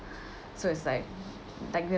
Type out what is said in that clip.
so it's like like